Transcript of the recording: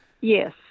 Yes